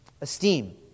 esteem